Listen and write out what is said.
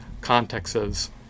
contexts